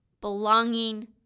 belonging